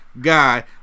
guy